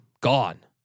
gone